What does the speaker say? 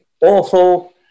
awful